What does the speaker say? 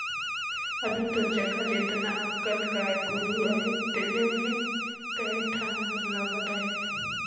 अभी तोर जघा जेतना अकन गाय गोरु अहे तेम्हे कए ठन हर लगत अहे